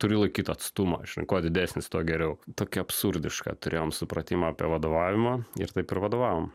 turi laikyt atstumą žinai kuo didesnis tuo geriau tokį absurdišką turėjom supratimą apie vadovavimą ir taip ir vadovavom